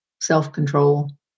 self-control